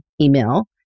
email